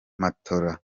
matora